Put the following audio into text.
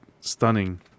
stunning